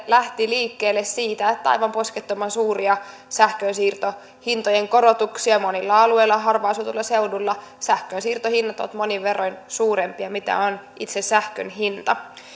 lähti liikkeelle siitä että oli aivan poskettoman suuria sähkön siirtohintojen korotuksia monilla alueilla ja harvaan asutuilla seuduilla sähkön siirtohinnat ovat monin verroin suurempia mitä on itse sähkön hinta